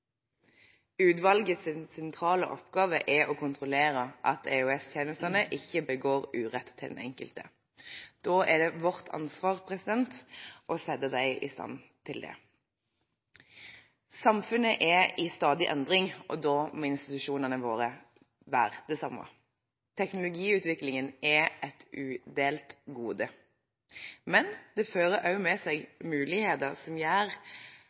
sentrale oppgave er å kontrollere at EOS-tjenestene ikke begår urett mot den enkelte. Da er det vårt ansvar å sette dem i stand til det. Samfunnet er i stadig endring, og da må institusjonene være det samme. Teknologiutviklingen er et udelt gode, men det fører òg med seg muligheter som gjør